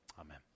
Amen